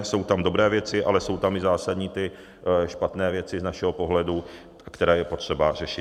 Jsou tam dobré věci, ale jsou tam i zásadní ty špatné věci z našeho pohledu, které je potřeba řešit.